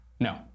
No